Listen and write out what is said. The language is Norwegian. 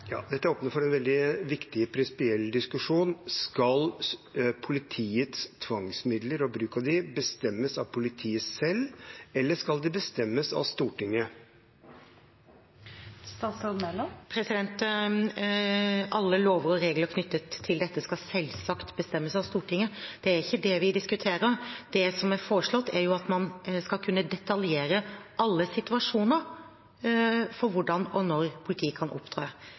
Dette åpner for en veldig viktig prinsipiell diskusjon: Skal politiets tvangsmidler og bruk av dem bestemmes av politiet selv, eller skal det bestemmes av Stortinget? Alle lover og regler knyttet til dette skal selvsagt bestemmes av Stortinget. Det er ikke det vi diskuterer. Det som er foreslått, er at man skal kunne detaljere alle situasjoner for hvordan og når politiet kan opptre